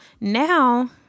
now